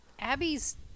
Abby's